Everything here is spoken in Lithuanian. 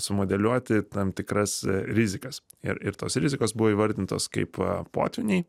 sumodeliuoti tam tikras rizikas ir ir tos rizikos buvo įvardintos kaip potvyniai